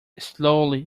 slowly